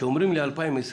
כשאומרים לי 2020,